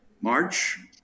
March